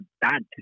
bad